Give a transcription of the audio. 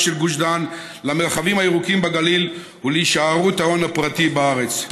של גוש דן למרחבים הירוקים בגליל ולהישארות ההון הפרטי בארץ.